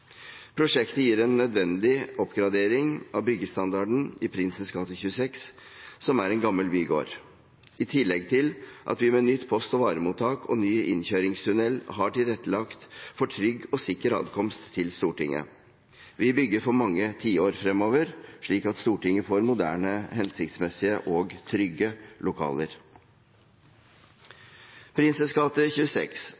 Prosjektet gir en nødvendig oppgradering av byggstandarden i Prinsens gate 26, som er en gammel bygård, i tillegg til at vi med nytt postmottak og ny innkjøringstunnel har tilrettelagt for trygg og sikker adkomst til Stortinget. Vi bygger for mange tiår fremover, slik at Stortinget får moderne, hensiktsmessige og trygge